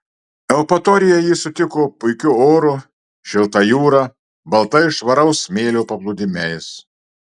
eupatorija jį sutiko puikiu oru šilta jūra baltais švaraus smėlio paplūdimiais